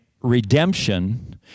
redemption